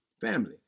Family